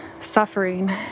suffering